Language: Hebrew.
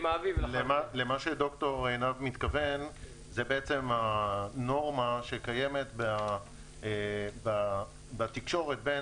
מה שד"ר עינב מתכוון זו הנורמה שקיימת בתקשורת בין